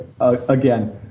again –